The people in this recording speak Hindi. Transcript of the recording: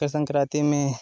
मकर संक्रांति में